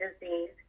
disease